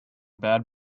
bad